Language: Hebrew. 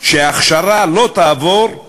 שההכשרה לא תעבור על